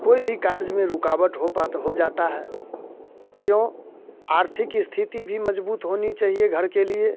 कोई भी कार्य में रुकावट हो तो हो जाता है क्यों आर्थिक स्थिति भी मजबूत होनी चहिए घर के लिए